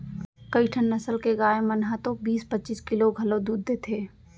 कइठन नसल के गाय मन ह तो बीस पच्चीस किलो घलौ दूद देथे